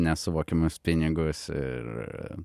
nesuvokiamus pinigus ir